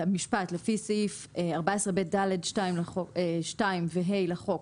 המשפט ובמקום לומר "לפי סעיף 14ב(ד)(2) ו (ה) לחוק